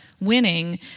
winning